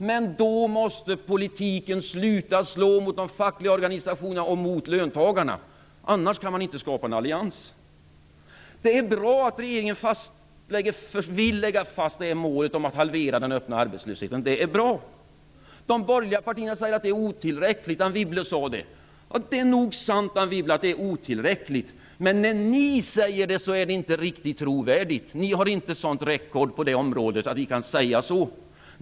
Men då måste politiken sluta att slå mot de fackliga organisationerna och löntagarna. Annars kan man inte skapa en allians. Det är bra att regeringen vill lägga fast målet om att halvera den öppna arbetslösheten. De borgerliga partierna säger att det är otillräckligt. Anne Wibble sade det. Det är nog sant, Anne Wibble, att det är otillräckligt. Men när ni säger det är det inte riktigt trovärdigt. Ni har inte sådan record på det området att ni kan säga så.